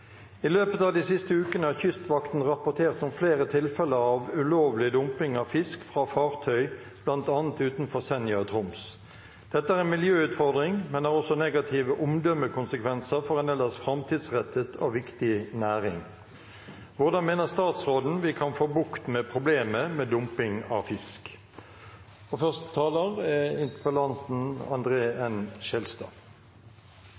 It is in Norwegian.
I løpet av de siste ukene har Kystvakten rapportert om flere tilfeller av ulovlig dumping av fisk fra fartøy, bl.a. utenfor Senja og Troms. Dette er en miljøutfordring, men har også negative omdømmekonsekvenser for en framtidsrettet og viktig næring. Da er mitt spørsmål: Hva mener statsråden vi kan gjøre for å få bukt med problemene med dumping av fisk? Først må jeg få lov til å berømme interpellanten